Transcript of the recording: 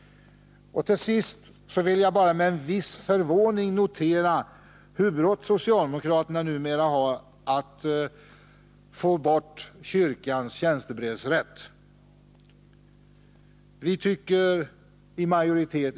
Till sist vill jag bara med en viss förvåning notera hur brått socialdemokraterna numera har att få bort kyrkans tjänstebrevsrätt.